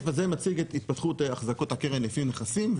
מציג את התפתחות החזקות הקרן לפי נכסים,